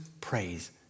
praise